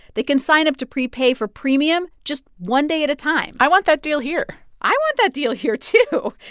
they can sign up to prepay for premium just one day at a time i want that deal here i want that deal here, too.